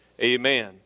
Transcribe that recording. Amen